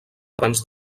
abans